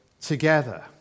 together